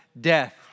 death